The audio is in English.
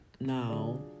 now